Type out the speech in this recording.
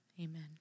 Amen